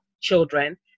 children